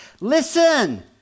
Listen